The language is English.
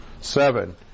Seven